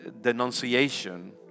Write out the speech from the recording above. denunciation